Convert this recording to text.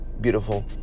beautiful